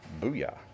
Booyah